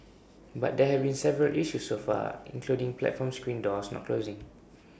but there have been several issues so far including platform screen doors not closing